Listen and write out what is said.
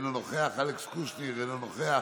אינו נוכח, אלכס קושניר, אינו נוכח,